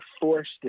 forced